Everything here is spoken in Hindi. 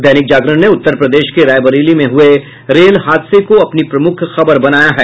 दैनिक जागरण ने उत्तर प्रदेश के रायबरेली में हुये रेल हादसे को अपनी प्रमुख खबर बनाया है